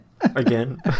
Again